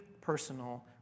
personal